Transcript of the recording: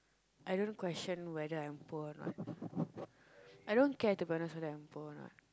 I don't question whether I'm poor or not I don't care to be honest whether I'm poor or not